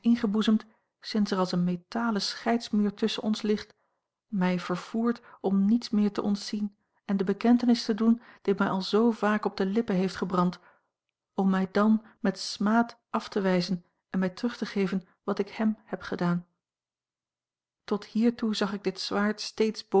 ingeboezemd sinds er als een metalen scheidsmuur tusschen ons ligt mij vervoert om niets meer te ontzien en de bekentenis te doen die mij al zoo vaak op de lippen heeft gebrand om mij dàn met smaad af te wijzen en mij terug te geven wat ik hem heb gedaan tot hiertoe zag ik dit zwaard steeds